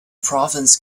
province